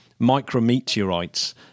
micrometeorites